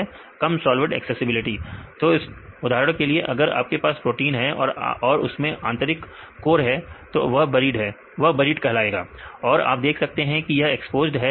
विद्यार्थी कम solvent accessibility तो उदाहरण के लिए अगर आपके पास प्रोटीन है और उसमें आंतरिक कोर है तो वह बरीड कहलायेगा और आप देख सकते हैं कि यह एक्सपोज्ड है